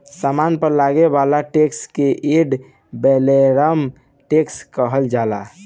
सामान पर लागे वाला टैक्स के एड वैलोरम टैक्स कहल जाला